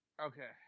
Okay